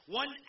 one